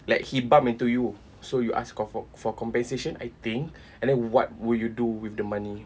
like he bump into you so you ask co~ for for compensation I think and then what will you do with the money